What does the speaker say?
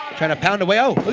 trying to pound away! ah but